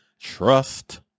trust